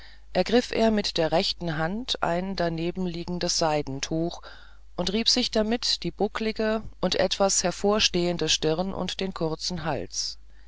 ergriff er mit der rechten hand ein daneben liegendes seidentuch und rieb sich damit die bucklige und etwas hervorstehende stirn und den kurzen hals